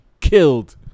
killed